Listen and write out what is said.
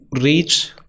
reach